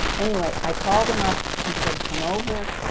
anyway, i called him up, he said, come over,